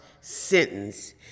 sentence